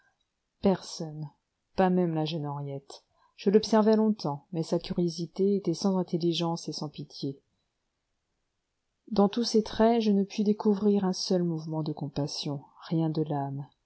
personne pas même la jeune henriette je l'observai longtemps mais sa curiosité était sans intelligence et sans pitié dans tous ses traits je ne pus découvrir un seul mouvement de compassion rien de l'âme